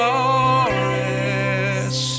Forest